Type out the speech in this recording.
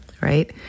right